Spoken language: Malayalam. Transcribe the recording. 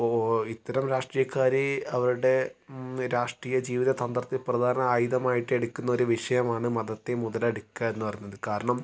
അപ്പോൾ ഇത്തരം രാഷ്ട്രീയക്കാർ അവരുടെ രാഷ്ട്രീയ ജീവിത തന്ത്രത്തിൽ പ്രധാന ആയുധമായിട്ട് എടുക്കുന്ന ഒരു വിഷയമാണ് മതത്തെ മുതലെടുക്കുക എന്നുപറഞ്ഞത് കാരണം